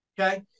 Okay